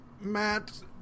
Matt